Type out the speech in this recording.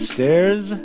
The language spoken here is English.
Stairs